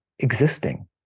existing